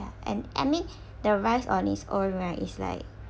ya and I mean the rice on its own right is like